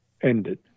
ended